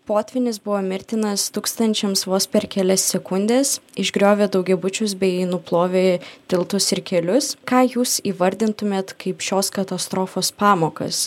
potvynis buvo mirtinas tūkstančiams vos per kelias sekundes išgriovė daugiabučius bei nuplovė tiltus ir kelius ką jūs įvardintumėt kaip šios katastrofos pamokas